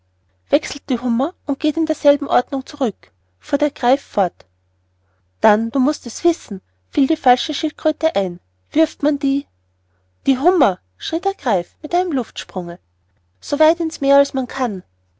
wechselt die hummer und geht in derselben ordnung zurück fuhr der greif fort dann mußt du wissen fiel die falsche schildkröte ein wirft man die die hummer schrie der greif mit einem luftsprunge so weit in's meer als man kann